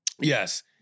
Yes